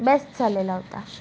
best झालेला होता